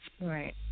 right